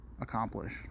accomplish